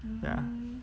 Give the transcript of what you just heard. ya